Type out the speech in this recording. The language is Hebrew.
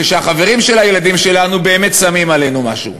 ושהחברים של הילדים שלנו באמת שמים עלינו משהו,